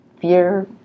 fear